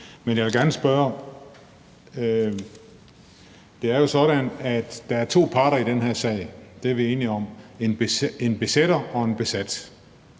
lige så muligt. Men det er jo sådan, at der er to parter i den her sag, det er vi enige om: en besætter og en besat.